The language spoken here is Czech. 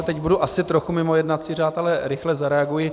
Teď budu asi trochu mimo jednací řád, ale rychle zareaguji.